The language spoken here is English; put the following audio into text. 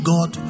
God